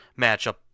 matchup